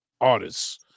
artists